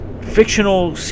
fictional